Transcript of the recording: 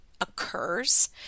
occurs